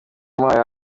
wamuhaye